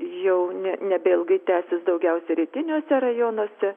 jau ne nebeilgai tęsis daugiausiai rytiniuose rajonuose